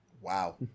Wow